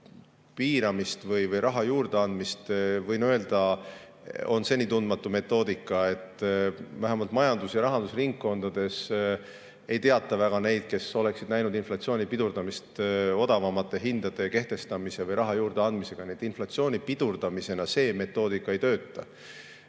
piiramist või raha juurdeandmist – see, võin öelda, on seni tundmatu metoodika. Vähemalt majandus‑ ja rahandusringkondades ei teata väga neid, kes oleksid näinud inflatsiooni pidurdumist odavamate hindade kehtestamise või raha juurdeandmise tõttu. Nii et inflatsiooni pidurdamisena see metoodika ei tööta.